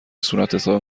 صورتحساب